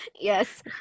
Yes